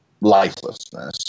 lifelessness